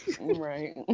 Right